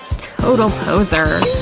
total poser.